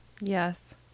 Yes